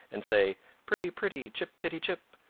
and say pretty pretty chip-pi-ti-chip!